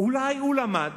אולי הוא למד